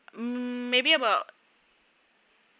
um maybe about